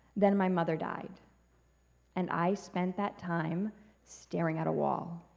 then my mother died and i spent that time staring at a wall